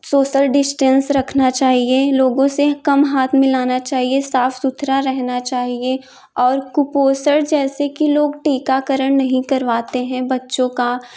social distance रखना चाहिए लोगों से कम हाथ मिलना चाहिए साफ़ सुथरा रहना चाहिए और कुपोषण जैसे कि लोग टीकाकरण नहीं करवाते हैं